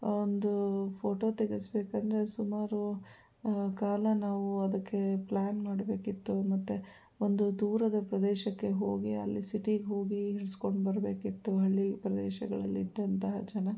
ಆವೊಂದೂ photo ತೆಗೆಸಬೇಕೆಂದ್ರೆ ಸುಮಾರು ಕಾಲ ನಾವು ಅದಕ್ಕೆ ಪ್ಲಾನ್ ಮಾಡಬೇಕಿತ್ತು ಮತ್ತೆ ಒಂದು ದೂರದ ಪ್ರದೇಶಕ್ಕೆ ಹೋಗಿ ಅಲ್ಲಿ ಸಿಟಿಗೆ ಹೋಗಿ ಇರುಸ್ಕೊಂಡು ಬರಬೇಕಿತ್ತು ಹಳ್ಳಿ ಪ್ರದೇಶಗಳಲ್ಲಿ ಇದ್ದಂತಹ ಜನ